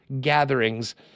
gatherings